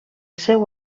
seu